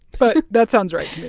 but that sounds right to me.